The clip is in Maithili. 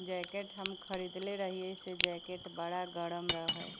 जैकेट हम खरिदले रहिए से जैकेट बड़ा गरम रहै